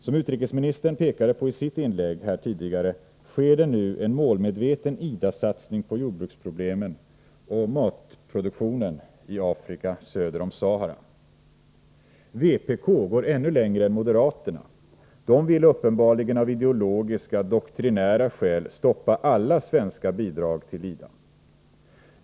Som utrikesministern pekade på i sitt inlägg här tidigare sker nu en målmedveten IDA-satsning på jordbruket och matproduktionen i Afrika söder om Sahara. Vpk går ännu längre än moderaterna och vill uppenbarligen av ideologiska doktrinära skäl stoppa alla svenska bidrag till IDA.